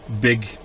big